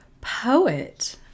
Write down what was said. poet